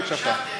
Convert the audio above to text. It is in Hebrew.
לא הקשבת.